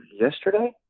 yesterday